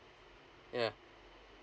yeah